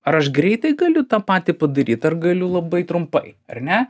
ar aš greitai galiu tą patį padaryt ar galiu labai trumpai ar ne